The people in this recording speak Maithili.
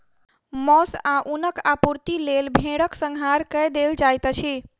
मौस आ ऊनक आपूर्तिक लेल भेड़क संहार कय देल जाइत अछि